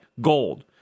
gold